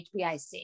HBIC